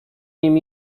nim